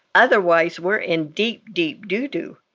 otherwise, we're in deep, deep doo-doo